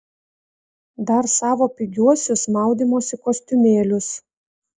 dar savo pigiuosius maudymosi kostiumėlius